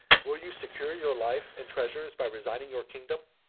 will you secure your life and treasures by resigning your kingdom?